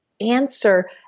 answer